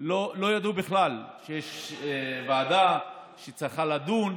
לא ידעו בכלל שיש ועדה שצריכה לדון,